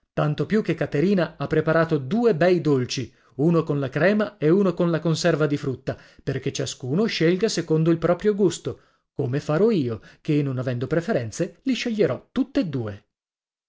tanto più che caterina ha preparato due bei dolci uno con la crema e uno con la conserva di frutta perché ciascuno scelga secondo il proprio gusto come farò io che non avendo preferenze li sceglierò tutt'e due